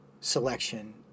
selection